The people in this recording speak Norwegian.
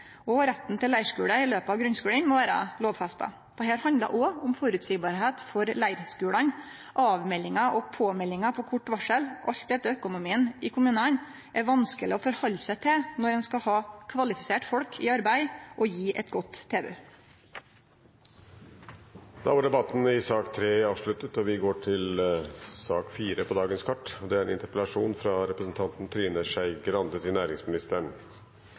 og retten til leirskule i løpet av grunnskulen må vere lovfesta. Dette handlar òg om at det må vere føreseieleg for leirskulane. Avmeldingar og påmeldingar på kort varsel, alt etter økonomien i kommunane, er vanskeleg å innrette seg etter når ein skal ha kvalifiserte folk i arbeid og gje eit godt tilbod. Flere har ikke bedt om ordet til sak